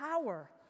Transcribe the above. power